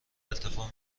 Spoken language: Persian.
ارتفاع